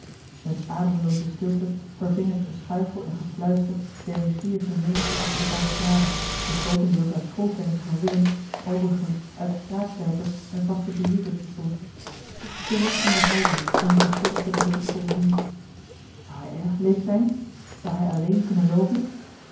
eene ademlooze stilte verving het geschuifel en gefluister der nieuwsgierige menigte achter de balustrade die grootendeels uit schoolkennissen van willem overigens uit straatslijpers en vaste bezoekers bestond ze rekten de halzen om den beschuldigde beter te kunnen zien zou hij erg bleek zijn zou hij alleen kunnen loopen